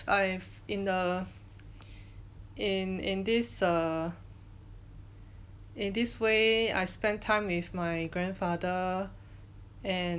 I've in the in in this err in this way I spend time with my grandfather and